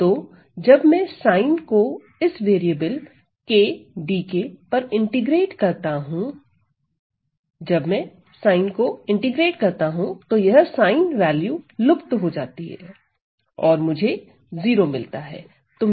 तो जब मैं साइन को इस वेरिएबल k dk पर इंटीग्रेट करता हूं जब मैं साइन को इंटीग्रेट करता हूं तो यह साइन वैल्यू लुप्त हो जाती है और मुझे 0 मिलता है